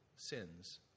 Sins